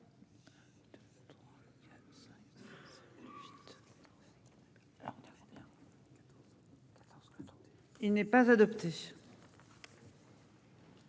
il n'est pas adopté